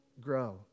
grow